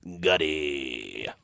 gutty